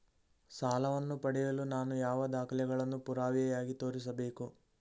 ಸಾಲವನ್ನು ಪಡೆಯಲು ನಾನು ಯಾವ ದಾಖಲೆಗಳನ್ನು ಪುರಾವೆಯಾಗಿ ತೋರಿಸಬೇಕು?